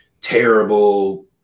terrible